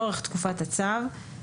לאורך תקופת הצו,